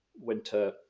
winter